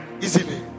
easily